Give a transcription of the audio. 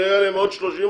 ויהיה להם עוד 30,